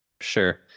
sure